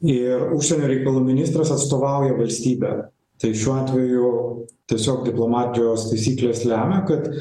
ir užsienio reikalų ministras atstovauja valstybę tai šiuo atveju tiesiog diplomatijos taisyklės lemia kad